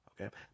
okay